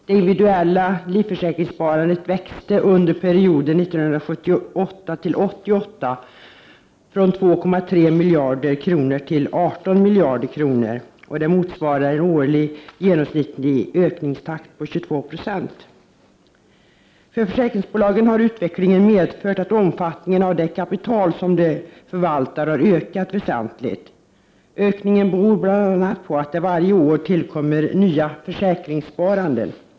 Det individuella livförsäkringssparandet växte under perioden 1978-1988 från 2,3 miljarder kronor till 18 miljarder kronor, och det motsvarar en årlig genomsnittlig ökningstakt på 22 Zo.För försäkringsbolagen har utvecklingen medfört att omfattningen av det kapital som de förvaltar har ökat väsentligt. Ökningen beror bl.a. på att det varje år tillkommer nya försäkringssparare.